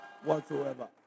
Whatsoever